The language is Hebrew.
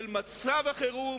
של מצב החירום